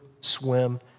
swim